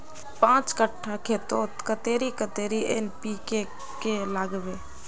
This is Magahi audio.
पाँच कट्ठा खेतोत कतेरी कतेरी एन.पी.के के लागबे?